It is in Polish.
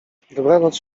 dobranoc